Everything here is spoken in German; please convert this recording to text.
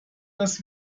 das